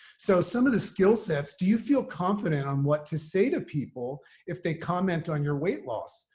so some of the skill sets, do you feel confident on what to say to people if they comment on your weight loss?